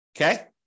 okay